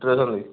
ଛୁଟିରେ ଅଛନ୍ତି